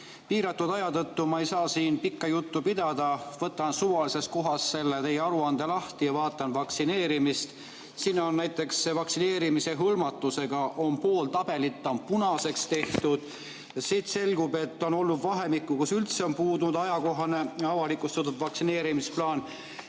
Piiratud aja tõttu ma ei saa siin pikka juttu pidada, võtan suvalisest kohast teie aruande lahti ja vaatan vaktsineerimist. Näiteks vaktsineerimisega hõlmatuse puhul on pool tabelit punaseks tehtud. Siit selgub, et on olnud vahemik, kus üldse on puudunud ajakohane avalikustatud vaktsineerimisplaan.